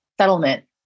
settlement